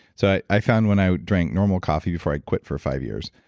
so i i found when i drank normal coffee before i quit for five years,